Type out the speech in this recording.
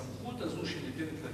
הסמכות הזאת שניתנת,